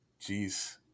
Jeez